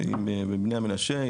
להעלאת בני המנשה.